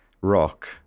rock